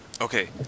Okay